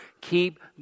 keep